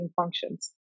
functions